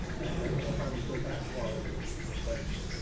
i don't know if i would go that far in the question.